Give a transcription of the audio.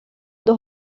dos